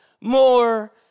more